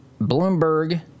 Bloomberg –